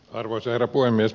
arvoisa herra puhemies